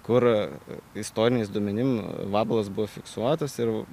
kur istoriniais duomenim vabalas buvo fiksuotas ir